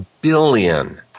billion